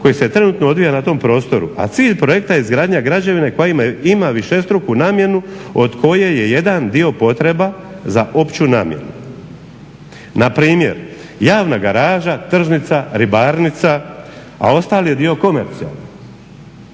koji se trenutno odvija na tom prostoru, a cilj projekta je izgradnja građevine koja ima višestruku namjenu od koje je jedan dio potreba za opću namjenu. Npr. javna garaža, tržnica, ribarnica a ostali dio je komercijalan.